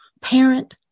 parent